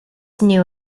knew